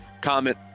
comment